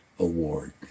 award